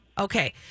okay